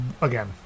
Again